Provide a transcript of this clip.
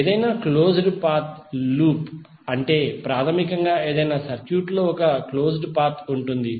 ఏదైనా closed path loop అంటే ప్రాథమికంగా ఏదైనా సర్క్యూట్లో ఒక క్లోజ్ డ్ పాత్ ఉంటుంది